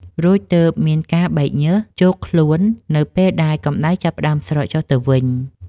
រួចទើបមានការបែកញើសជោកខ្លួននៅពេលដែលកម្ដៅចាប់ផ្តើមស្រកចុះទៅវិញ។